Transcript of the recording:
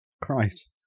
Christ